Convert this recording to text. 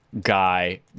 guy